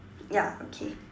ya okay